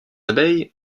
abeilles